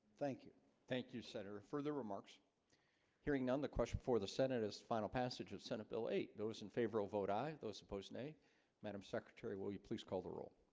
thank. you thank you senator further remarks hearing none the question for the senate is final passage of senate bill eight those in favor all vote aye those opposed nay madam secretary, will you please call the roll?